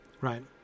Right